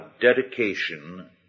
dedication